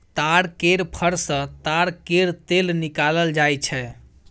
ताड़ केर फर सँ ताड़ केर तेल निकालल जाई छै